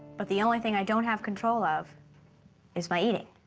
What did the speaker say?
but the only thing i don't have control of is my eating.